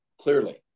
Clearly